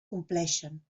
compleixen